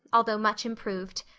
although much improoved.